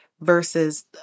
versus